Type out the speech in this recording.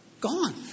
Gone